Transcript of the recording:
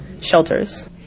shelters